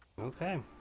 Okay